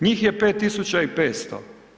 Njih je 5500.